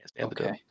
Okay